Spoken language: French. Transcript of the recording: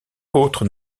autres